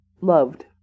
loved